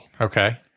Okay